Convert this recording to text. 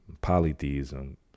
Polytheism